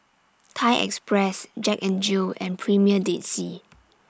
Thai Express Jack N Jill and Premier Dead Sea